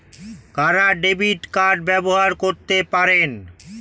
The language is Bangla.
কারা ডেবিট কার্ড ব্যবহার করতে পারেন?